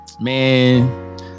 man